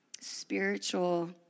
spiritual